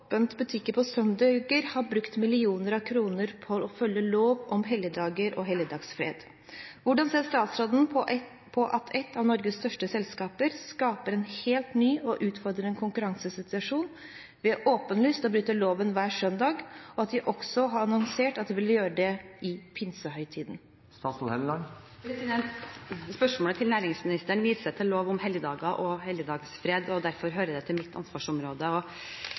følge lov om helligdager og helligdagsfred. Hvordan ser statsråden på at et av Norges største selskaper skaper en helt ny og utfordrende konkurransesituasjon ved åpenlyst å bryte loven hver søndag, og at de også har annonsert at de vil gjøre det i pinsehøytiden?» Spørsmålet til næringsministeren viser til lov om helligdager og helligdagsfred, og derfor hører det til mitt ansvarsområde.